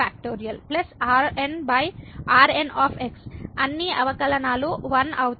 Rn అన్ని అవకలనాలు 1 అవుతాయి